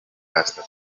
pastor